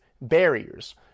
barriers